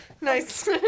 Nice